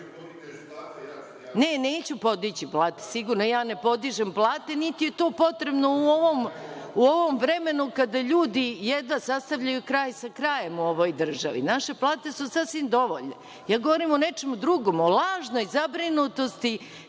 neću podići plate sigurno. Ja ne podižem plate, niti je to potrebno u ovom vremenu kada ljudi jedva sastavljaju kraj sa krajem u ovoj državi. Naše plate su sasvim dovoljno. Ja govorim o nečemu drugom, o lažnoj zabrinutosti